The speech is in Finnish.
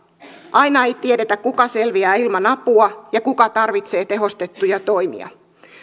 aina ei tiedetä kuka selviää ilman apua ja kuka tarvitsee tehostettuja toimia